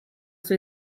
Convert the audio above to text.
sua